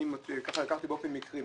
אני בדקתי באופן אקראי.